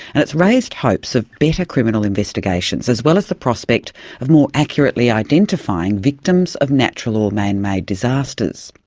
and it's raised hopes of better criminal investigations as well as the prospect of more accurately identifying victims of natural or man-made disasters.